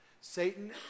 Satan